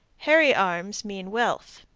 hairy arms mean wealth.